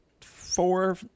four